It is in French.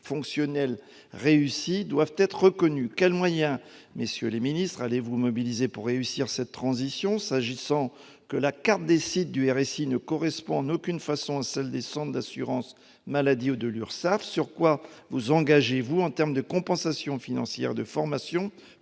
fonctionnelle, réussie doivent être reconnus. Quels moyens, madame la ministre, monsieur le ministre, allez-vous mobiliser pour réussir cette transition, sachant que la carte des sites du RSI ne correspond en aucune façon à celles des centres d'assurance maladie ou des URSSAF ? Quels sont vos engagements en termes de compensations financières et de formation